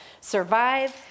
survive